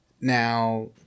now